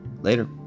Later